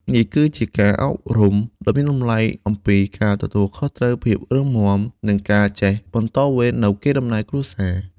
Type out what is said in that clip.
នេះគឺជាការអប់រំដ៏មានតម្លៃអំពីការទទួលខុសត្រូវ ភាពរឹងមាំ និងការចេះបន្តវេននូវកេរដំណែលគ្រួសារ។